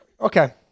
okay